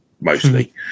mostly